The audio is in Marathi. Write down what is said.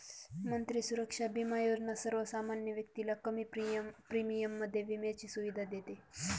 मंत्री सुरक्षा बिमा योजना सर्वसामान्य व्यक्तीला कमी प्रीमियम मध्ये विम्याची सुविधा देते